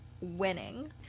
winning